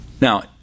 Now